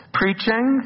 preaching